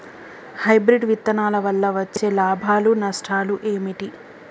Hybrid విత్తనాల వల్ల వచ్చే లాభాలు నష్టాలు ఏమిటి?